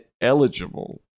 eligible